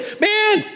Man